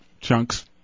Chunks